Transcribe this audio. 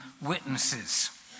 witnesses